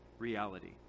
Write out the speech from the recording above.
reality